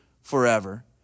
forever